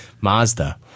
Mazda